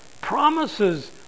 promises